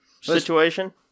situation